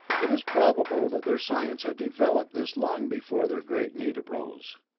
it is probable that their science had developed this long before their great need arose.